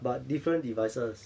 but different devices